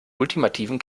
ultimativen